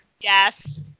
Yes